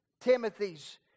Timothy's